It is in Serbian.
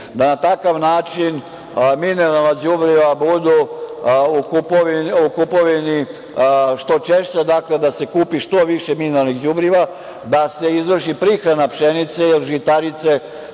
da na takav način mineralna đubriva budu u kupovini što češća. Dakle, da se kupi što više mineralnih đubriva, da se izvrši prihrana pšenice, jer žitarice